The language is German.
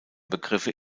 begriffe